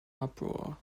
uproar